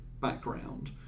background